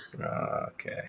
Okay